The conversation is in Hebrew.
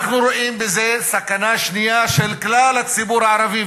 אנחנו רואים בזה סכנה שנייה של כלל הציבור הערבי,